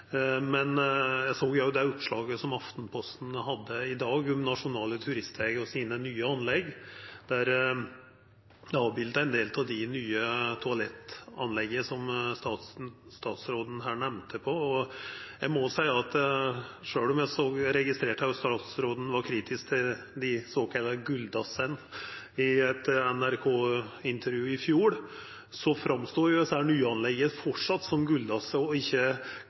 men eg såg òg det oppslaget som Aftenposten hadde i dag om dei nye anlegga til Nasjonale turistvegar, der ein del av dei nye toalettanlegga som statsråden her nemnde, var avbilda. Eg må seia at sjølv om eg registrerte at statsråden i eit NRK-intervju i fjor var kritisk til dei såkalla gulldassane, framstod desse nyanlegga framleis som gulldassar og ikkje kapasitetsmessig som det som